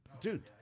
Dude